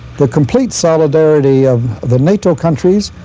the complete solidarity of the nato countries,